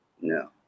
No